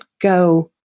go